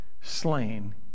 slain